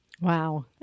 Wow